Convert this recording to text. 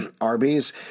Arby's